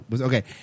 okay